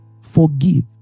forgive